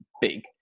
big